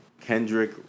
Kendrick